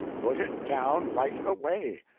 put it down right away.